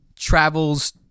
Travels